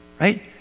right